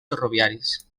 ferroviaris